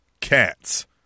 cats